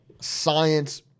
science